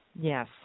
Yes